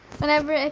Whenever